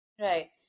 right